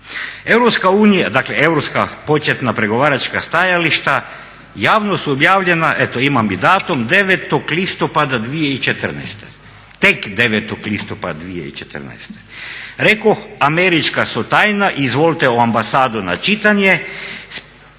Europska unija, dakle europska početna pregovaračka stajališta javno su objavljena, eto imam i datum 9. listopada 2014. Tek 9. listopada 2014. Rekoh, američka su tajna i izvolite u ambasadu na čitanje.